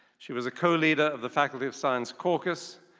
she was a co-leader of the faculty of science caucus,